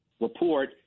report